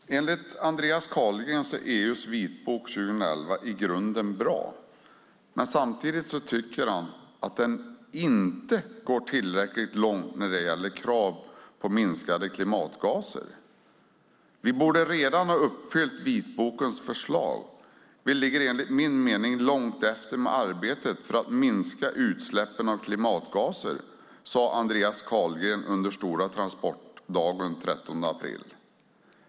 Herr talman! Enligt Andreas Carlgren är EU:s vitbok 2011 i grunden bra, men samtidigt tycker han att den inte går tillräckligt långt när det gäller krav på minskade klimatgaser. Vi borde redan ha uppfyllt vitbokens förslag. Vi ligger enligt min mening långt efter med arbetet för att minska utsläppen av klimatgaser, sade Andreas Carlgren under Stora Transportdagen den 13 april.